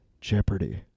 Jeopardy